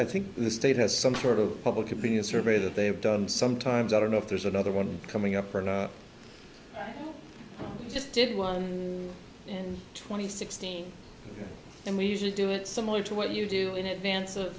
i think the state has some sort of public opinion survey that they've done sometimes i don't know if there's another one coming up or just did one in twenty sixteen and we usually do it similar to what you do in advance